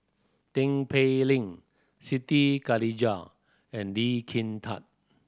Tin Pei Ling Siti Khalijah and Lee Kin Tat